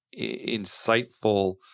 insightful